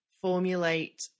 formulate